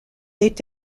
est